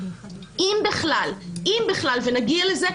אם בכלל ונגיע לזה,